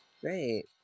Great